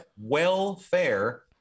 Welfare